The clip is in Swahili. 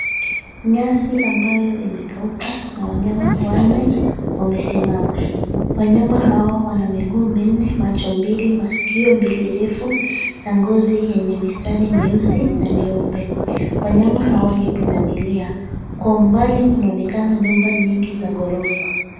Nyasi ambayo imekauka na wanyama wanne wamesimama. Wanyama hawa wana miguu minne, macho mbili, masikio mbili refu na ngozi yenye mistari myeusi na myeupe. Wanyama hawa ni pundamilia. Kwa umbali kunaonekana nyumba nyingi za ghorofa.